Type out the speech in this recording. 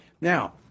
Now